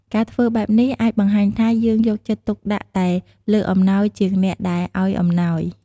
ការធ្វើបែបនេះអាចបង្ហាញថា យើងយកចិត្តទុកដាក់តែលើអំណោយជាងអ្នកដែលឲ្យអំណោយ។